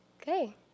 Okay